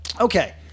Okay